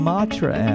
Matra